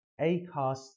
Acast